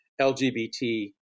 LGBT